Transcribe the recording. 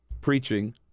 Preaching